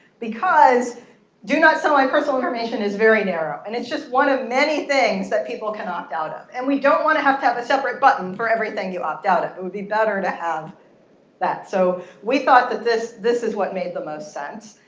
because do not sell my personal information is very narrow. and it's just one of many things that people can opt out of. and we don't want to have to have a separate button for everything you opt out of. it would be better to have that. so we thought that this this is what made the most sense.